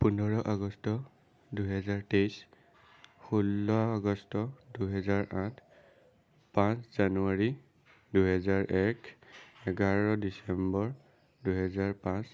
পোন্ধৰ আগষ্ট দুহেজাৰ তেইছ ষোল্ল আগষ্ট দুহেজাৰ আঠ পাঁচ জানুৱাৰী দুহেজাৰ এক এঘাৰ ডিচেম্বৰ দুহেজাৰ পাঁচ